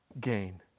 gain